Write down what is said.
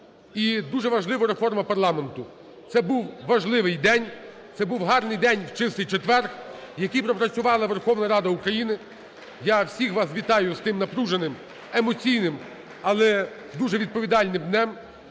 дуже важлива реформа парламенту. Це був важливий день, це був гарний день в Чистий Четвер, який пропрацювала Верховна Рада України. Я всіх вас вітаю з цим напруженим, емоційним, але дуже відповідальним днем.